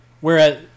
whereas